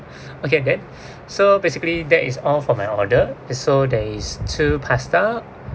okay then so basically that is all for my order so there is two pasta